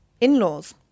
in-laws